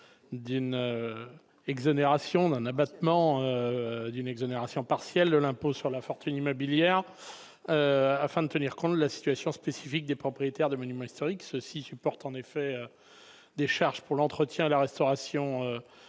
liste des actifs bénéficiant d'une exonération partielle de l'impôt sur la fortune immobilière afin de tenir compte de la situation spécifique des propriétaires de monuments historiques. Ceux-ci supportent, en effet, des charges pour l'entretien et la restauration